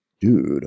dude